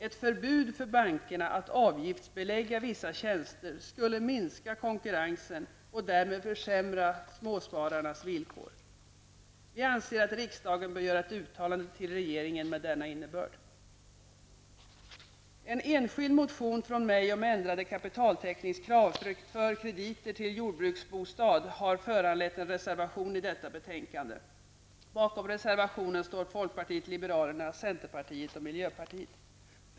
Ett förbud för bankerna att avgiftsbelägga vissa tjänster skulle minska konkurrensen och därmed försämra småspararnas villkor. Vi anser att riksdagen bör göra ett uttalande till regeringen med denna innebörd. En enskild motion från mig om ändrade kapitaltäckningskrav för krediter till jordbruksbostad har föranlett en reservation till detta betänkande. Bakom reservationen står folkpartiet liberalerna, centerpartiet och miljöpartiet.